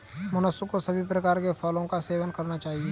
मनुष्य को सभी प्रकार के फलों का सेवन करना चाहिए